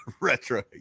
retro